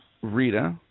Rita